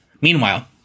Meanwhile